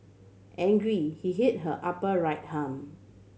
angry he hit her upper right arm